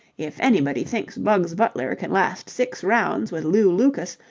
if anybody thinks bugs butler can last six rounds with lew lucas,